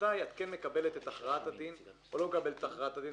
ומתי את כן מקבלת את הכרעת הדין או לא מקבלת את הכרעת הדין?